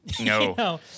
No